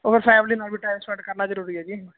ਉਹ ਫੈਮਲੀ ਨਾਲ ਵੀ ਟਾਈਮ ਸਪੈਂਡ ਕਰਨਾ ਜਰੂਰੀ ਹੈ ਜੀ